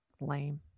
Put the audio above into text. lame